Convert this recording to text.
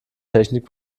technik